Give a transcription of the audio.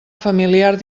familiar